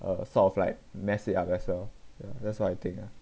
uh sort of like mess it up as well yeah that's what I think ah